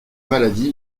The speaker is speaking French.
maladie